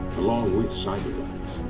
along with cyberdyne's.